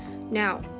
Now